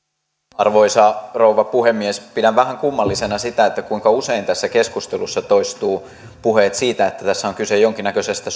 arvoisa rouva puhemies pidän vähän kummallisena sitä kuinka usein tässä keskustelussa toistuu puheet siitä että tässä on kyse jonkinnäköisestä